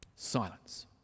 Silence